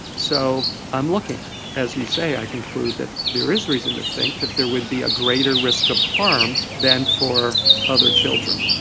so on looking as you say i conclude that there is reason to think that there would be a greater risk of harm than for other children.